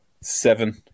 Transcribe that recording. seven